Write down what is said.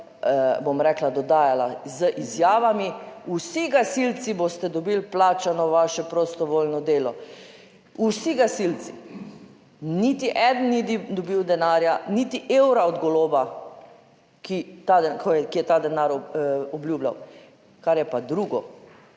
bom rekla, dodajala z izjavami: "Vsi gasilci boste dobili plačano vaše prostovoljno delo, vsi gasilci." Niti eden ni dobil denarja, niti evra od Goloba, ki je ta denar obljubljal. Kar je pa drugo,